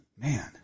Man